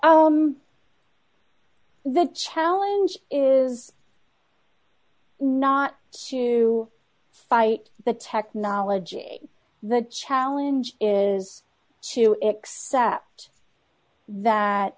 than the challenge is not to fight the technology the challenge is to except that